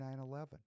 9-11